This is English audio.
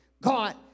God